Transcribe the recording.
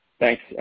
Thanks